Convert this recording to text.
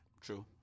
True